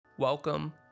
Welcome